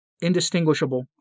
indistinguishable